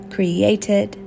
Created